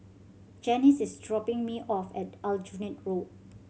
Janis is dropping me off at Aljunied Road